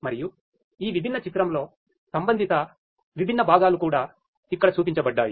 మరియు ఈ విభిన్న చిత్రంలో సంబంధిత విభిన్న భాగాలు కూడా ఇక్కడ చూపించబడ్డాయి